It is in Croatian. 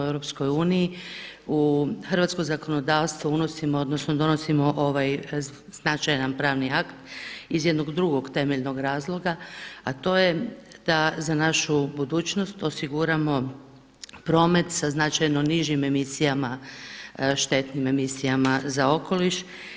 U hrvatsko zakonodavstvo unosimo, odnosno donosimo ovaj značajan pravni akt iz jednog drugog temeljnog razloga a to je da za našu budućnost osiguramo promet sa značajno nižim emisijama, štetnim emisijama za okoliš.